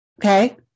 Okay